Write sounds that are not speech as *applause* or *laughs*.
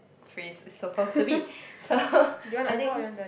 face is supposed to be so *laughs* I think